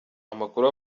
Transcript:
amakuru